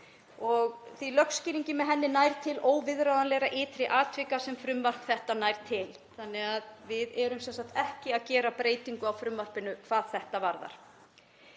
laga því lögskýringin með henni nær til óviðráðanlegra ytri atvika sem frumvarp þetta nær til. Þannig að við erum sem sagt ekki að gera breytingu á frumvarpinu hvað þetta varðar.